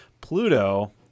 Pluto